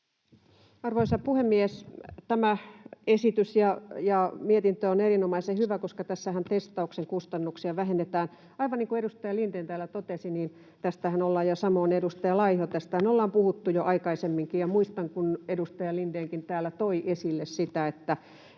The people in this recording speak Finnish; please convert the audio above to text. Arvoisa puhemies! Tämä esitys ja mietintö ovat erinomaisen hyviä, koska tässä vähennetään testauksen kustannuksia. Aivan niin kuin edustaja Lindén totesi, ja samoin edustaja Laiho, tästähän ollaan puhuttu jo aikaisemminkin. Muistan, kun edustaja Lindénkin täällä toi esille sitä, ja